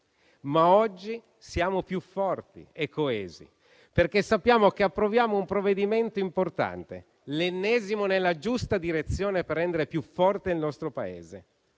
Ma oggi siamo più forti e coesi, perché sappiamo che approviamo un provvedimento importante, l'ennesimo nella giusta direzione per rendere più forte il nostro Paese;